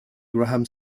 graham